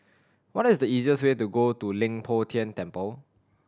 what is the easiest way to to Leng Poh Tian Temple